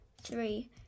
three